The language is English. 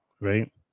right